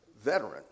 veteran